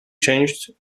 changed